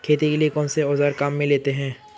खेती के लिए कौनसे औज़ार काम में लेते हैं?